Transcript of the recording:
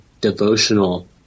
devotional